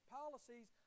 policies